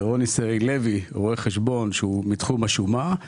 רוני סרי לוי רואה חשבון שהוא מתחום השומה,